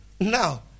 now